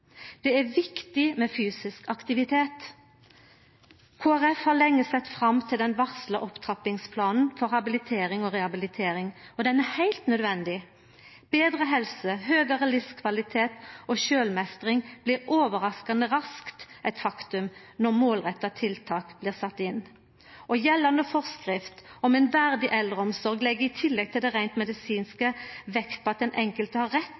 Det er viktig med fysisk aktivitet. Kristeleg Folkeparti har lenge sett fram til den varsla opptrappingsplanen for habilitering og rehabilitering, han er heilt nødvendig. Betre helse, høgare livskvalitet og sjølvmeistring blir overraskande raskt eit faktum når målretta tiltak blir sette inn. Gjeldande forskrift om ei verdig eldreomsorg legg i tillegg til det reint medisinske vekt på at den enkelte har rett